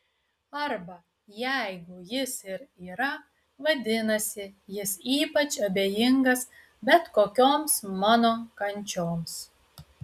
arba jeigu jis ir yra vadinasi jis ypač abejingas bet kokioms mano kančioms